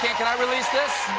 can can i release this?